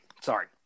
Sorry